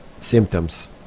symptoms